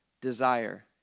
desire